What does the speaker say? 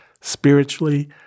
spiritually